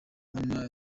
mwanya